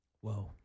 Whoa